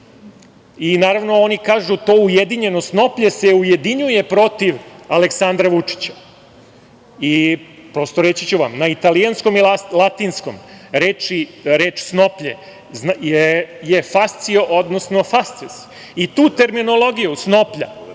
snoplja. Oni kažu – to ujedinjeno snoplje se ujedinjuju protiv Aleksandra Vučića. Prosto, reći ću vam, na italijanskom i latinskom reč snoplje je „fascio“, odnosno“fasces“ i tu terminologiju snoplja